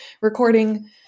recording